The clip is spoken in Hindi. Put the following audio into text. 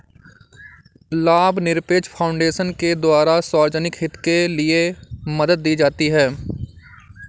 लाभनिरपेक्ष फाउन्डेशन के द्वारा सार्वजनिक हित के लिये मदद दी जाती है